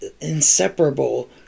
inseparable